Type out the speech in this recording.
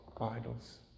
idols